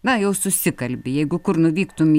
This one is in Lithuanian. na jau susikalbi jeigu kur nuvyktum